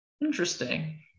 Interesting